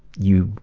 you,